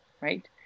Right